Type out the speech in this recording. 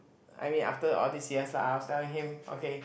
I mean after all this years I was telling him okay